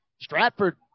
Stratford